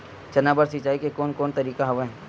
चना बर सिंचाई के कोन कोन तरीका हवय?